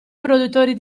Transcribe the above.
produttori